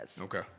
Okay